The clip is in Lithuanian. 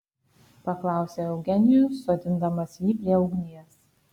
paklausė eugenijus sodindamas jį prie ugnies